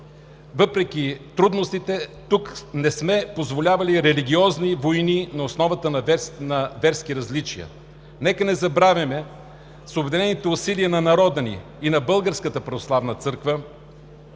въпреки трудностите тук не сме позволявали религиозни войни на основата на верски различия. Нека не забравяме, че с обединените усилия на народа ни и на Българската православна църква